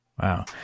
Wow